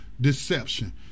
deception